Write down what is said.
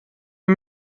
der